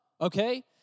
okay